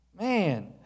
Man